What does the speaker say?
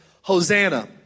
Hosanna